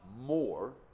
more